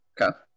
Okay